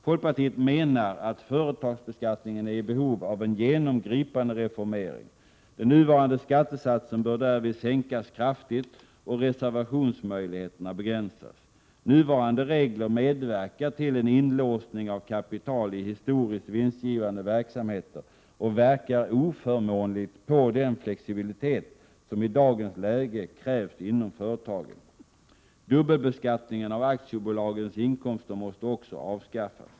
Folkpartiet menar att företagsbeskattningen är i behov av en genomgripande reformering. Den nuvarande skattesatsen bör därvid sänkas kraftigt och reservationsmöjligheterna begränsas. Nuvarande regler medverkar till en inlåsning av kapital i historiskt vinstgivande verksamheter och verkar oförmånligt på den flexibilitet som i dagens läge krävs inom företagen. Dubbelbeskattningen av aktiebolagens inkomster måste också avskaffas.